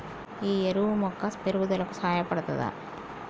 ఈ ఎరువు మొక్క పెరుగుదలకు సహాయపడుతదా?